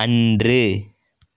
அன்று